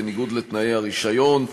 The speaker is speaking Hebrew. בניגוד לתנאי הרישיון.